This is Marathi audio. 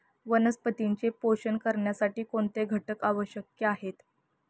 वनस्पतींचे पोषण करण्यासाठी कोणते घटक आवश्यक आहेत?